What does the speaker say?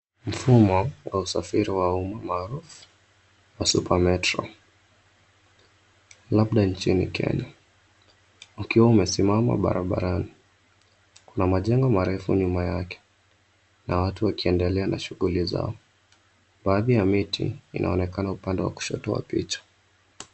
Mfumo, wa usafiri wa umma, wa Super Metro. Labda nchini Kenya. Ukiwa umesimama barabarani. Kuna majengo marefu nyuma yake, na watu wakiendelea na shughuli zao. Baadhi ya miti, inaonekana upande wa kushoto wa picha.